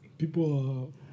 People